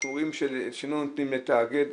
אנחנו רואים שלא נותנים לתאגד,